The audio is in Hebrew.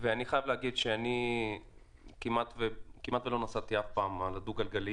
אני כמעט אף פעם לא נסעתי על דו-גלגלי